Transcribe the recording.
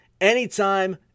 anytime